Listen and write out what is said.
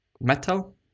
metal